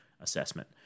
assessment